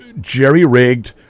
jerry-rigged